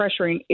pressuring